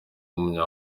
w’umunya